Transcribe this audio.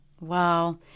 Wow